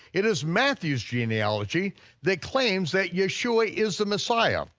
it is matthew's genealogy that claims that yeshua is the messiah,